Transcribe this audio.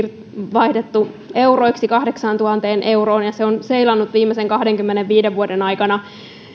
vaihdettu euroiksi kahdeksaantuhanteen euroon ja se on seilannut viimeisen kahdenkymmenenviiden vuoden aikana